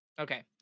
Okay